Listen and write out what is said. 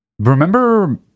Remember